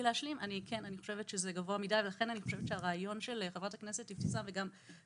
שזה גבוה מדיי ולכן אני חושבת שהרעיון של חברת הכנסת אבתיסאם מראענה,